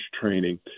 training